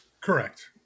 correct